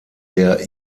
der